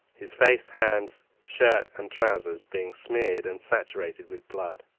his face, hands, shirt and trousers being smeared and saturated with blood.